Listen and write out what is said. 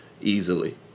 easily